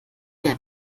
wer